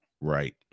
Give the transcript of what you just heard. Right